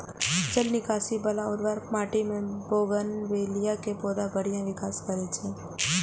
जल निकासी बला उर्वर माटि मे बोगनवेलिया के पौधा बढ़िया विकास करै छै